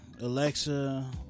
Alexa